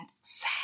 Sad